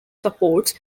supports